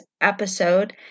episode